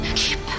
keep